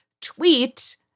tweet